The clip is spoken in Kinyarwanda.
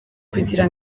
kugira